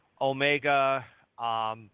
Omega